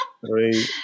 three